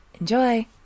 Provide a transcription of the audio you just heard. Enjoy